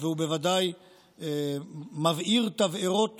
והוא בוודאי מבעיר תבערות